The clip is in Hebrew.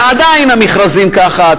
ועדיין המכרזים ככה,